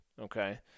okay